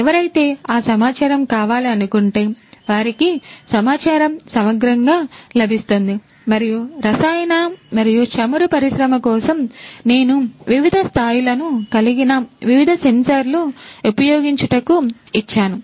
ఎవరైతే ఆ సమాచారం కావాలి అనుకుంటే వారికి సమాచారం సమగ్రంగా లభిస్తుంది మరియు రసాయన మరియు చమురు పరిశ్రమ కోసం నేను వివిధ స్థాయిలను కలిగిన వివిధ సెన్సార్లు ఉపయోగించుటకు ఇచ్చాను